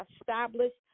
established